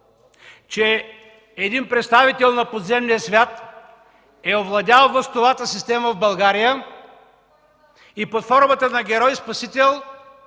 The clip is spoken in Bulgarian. че представител на подземния свят е овладял властовата система в България и под формата на герой-спасител